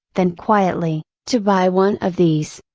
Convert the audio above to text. than quietly, to buy one of these?